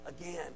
again